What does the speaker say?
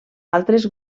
altres